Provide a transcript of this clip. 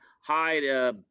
hi